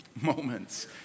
moments